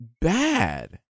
bad